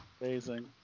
Amazing